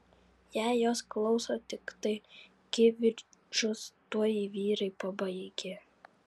jei jos klauso tiktai kivirčus tuoj vyrai pabaigia